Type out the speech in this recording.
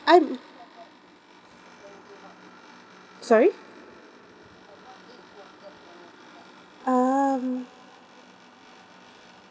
I'm sorry um